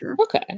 Okay